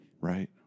Right